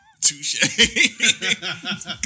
Touche